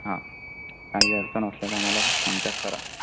हां काही अडचण असल्यास आम्हाला कॉन्टॅक्ट करा